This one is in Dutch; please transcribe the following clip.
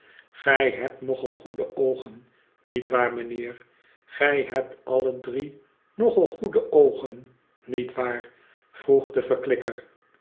gij hebt nog al goede oogen niet waar meneer gij hebt alle drie nog al goede oogen niet waar vroeg de verklikker